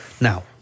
Now